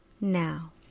Now